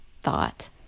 thought